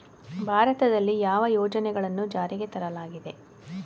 ಭಾರತದಲ್ಲಿ ಯಾವ ಯೋಜನೆಗಳನ್ನು ಜಾರಿಗೆ ತರಲಾಗಿದೆ?